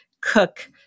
cook